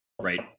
right